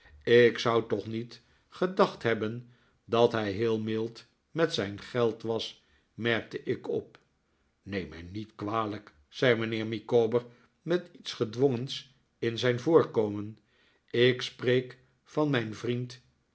ik zou toch niet gedacht hebben dat hij heel mild met zijn geld was merkte ik op neem mij niet kwalijk zei mijnheer micawber met iets gedwongens in zijn voorkomen ik spreek van mijn vriend